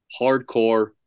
hardcore